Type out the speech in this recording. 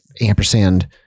ampersand